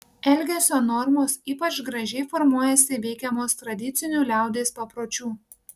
elgesio normos ypač gražiai formuojasi veikiamos tradicinių liaudies papročių